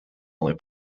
only